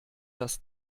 das